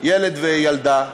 ילד וילדה.